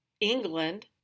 England